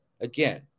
again